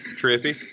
trippy